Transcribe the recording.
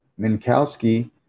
Minkowski